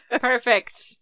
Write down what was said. perfect